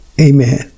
Amen